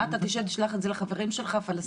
מה, תשלח את זה לחברים שלך הפלסטינים?